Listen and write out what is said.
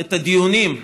את הדיונים,